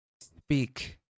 speak